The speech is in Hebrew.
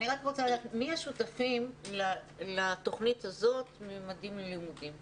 מי השותפים לתוכנית "ממדים ללימודים"?